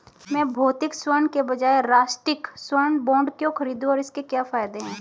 मैं भौतिक स्वर्ण के बजाय राष्ट्रिक स्वर्ण बॉन्ड क्यों खरीदूं और इसके क्या फायदे हैं?